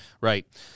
right